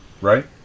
right